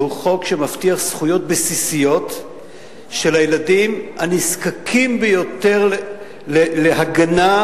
שהוא חוק שמבטיח זכויות בסיסיות לילדים הנזקקים ביותר להגנה,